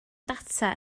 data